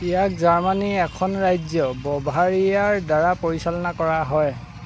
ইয়াক জাৰ্মানীৰ এখন ৰাজ্য বভাৰিয়াৰ দ্বাৰা পৰিচালনা কৰা হয়